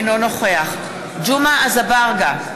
אינו נוכח ג'מעה אזברגה,